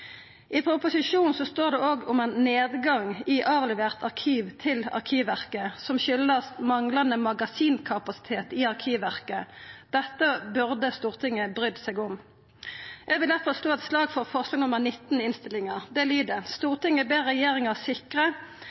I proposisjonen står det òg om ein nedgang i avleverte arkiv til Arkivverket, som har si årsak i manglande magasinkapasitet i Arkivverket. Dette burde Stortinget brytt seg om. Eg vil difor slå eit slag for forslag nr. 19 i innstillinga. Det lyder: «Stortinget ber regjeringen sikre